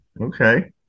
Okay